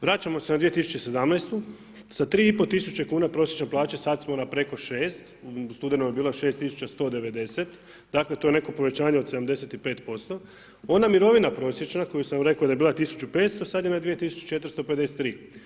Vraćamo se na 2017. sa 3500 kuna prosječne plaće sada smo na preko 6, u studenom je bila 6190 dakle to je neko povećanje od 75% ona mirovina prosječna koju sam rekao da je bila 1500 sada na 2453.